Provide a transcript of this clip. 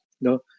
No